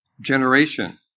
generation